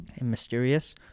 mysterious